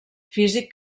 físic